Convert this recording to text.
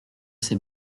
ses